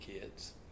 kids